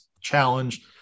challenge